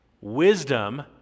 Wisdom